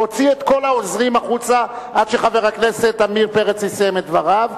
להוציא את כל העוזרים החוצה עד שחבר הכנסת עמיר פרץ יסיים את דבריו.